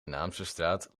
naamsestraat